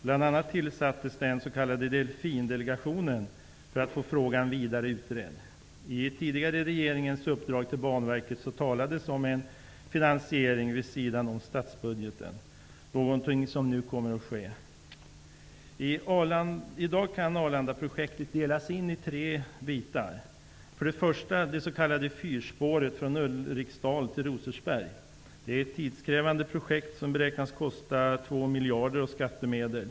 Bl.a. tillsattes den s.k. Delfindelegationen för att få frågan vidare utredd. I den tidigare regeringens uppdrag till Banverket talades det om en finansiering vid sidan om statsbudgeten -- något som nu kommer att ske. I dag kan Arlandaprojektet delas in i tre bitar: Rosersberg. Det är ett tidskrävande projekt, som beräknas kosta 2 miljarder av skattemedel.